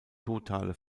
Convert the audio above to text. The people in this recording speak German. totale